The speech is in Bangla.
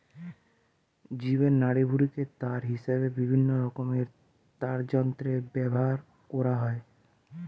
জীবের নাড়িভুঁড়িকে তার হিসাবে বিভিন্নরকমের তারযন্ত্রে ব্যাভার কোরা হয়